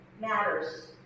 matters